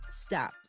stop